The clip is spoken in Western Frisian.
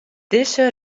dizze